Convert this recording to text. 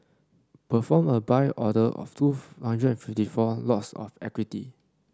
perform a Buy order of two hundred and fifty four lots of equity